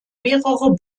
mehrere